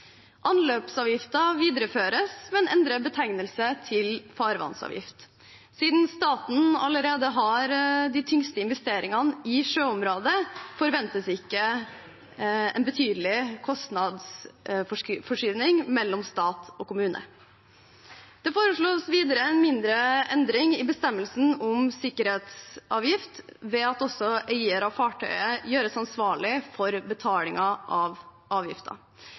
videreføres, men endrer betegnelse til farvannsavgift. Siden staten allerede har de tyngste investeringene i sjøområdet, forventes ikke en betydelig kostnadsforskyvning mellom stat og kommune. Det foreslås videre en mindre endring i bestemmelsen om sikkerhetsavgift ved at også eier av fartøyet gjøres ansvarlig for betalingen av